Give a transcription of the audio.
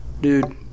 dude